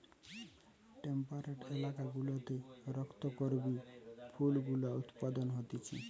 temperate এলাকা গুলাতে রক্ত করবি ফুল গুলা উৎপাদন হতিছে